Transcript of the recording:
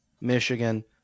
michigan